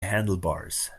handlebars